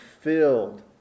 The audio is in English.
filled